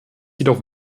jedoch